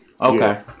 Okay